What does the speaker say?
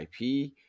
IP